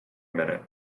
minute